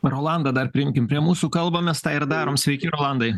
rolandą dar prijunkim prie mūsų kalbamės tą ir darom sveiki rolandai